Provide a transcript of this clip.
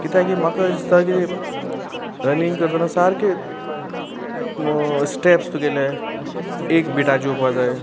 कित्याक की म्हाका दिसता की तें रनिंग करतना सारके स्टॅप्स तुगेले एक बिटाचेर येवपाक जाय